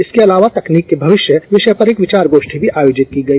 इसके अलावा तकनीक के भविष्य विषय पर एक विचार गोष्ठी भी आयोजित की गई